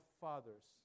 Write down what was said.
fathers